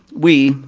we,